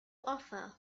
offer